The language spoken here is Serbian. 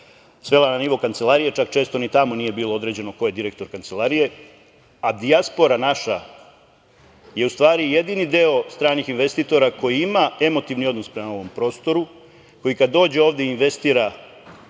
svela na nivo kancelarije, čak često ni tamo nije bilo određeno ko je direktor kancelarije, a dijaspora naša, je u stvari jedini deo stranih investitora koji ima emotivni odnos prema ovom prostoru, koji kada dođe ovde investira,